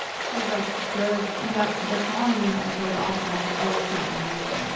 she was like, go to. yeah, they're calling you heather, go to the office. i was like, oh, that's not my name.